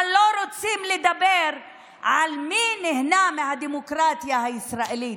אבל לא רוצים לדבר על מי הנהנה מהדמוקרטיה הישראלית.